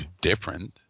different